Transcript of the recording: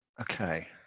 Okay